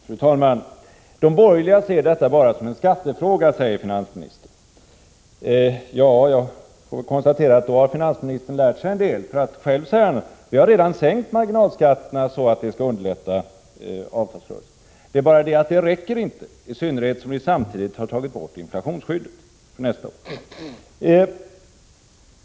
Fru talman! De borgerliga ser detta bara som en skattefråga, säger finansministern. Ja, jag får konstatera att finansministern då har lärt sig en del. Själv säger han nämligen att man redan har sänkt marginalskatterna för att underlätta avtalsrörelsen. Problemet är bara att det inte räcker, i synnerhet som inflationsskyddet för nästa år samtidigt har tagits bort.